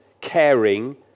caring